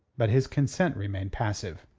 but his consent remained passive.